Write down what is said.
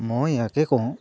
মই ইয়াকে কওঁ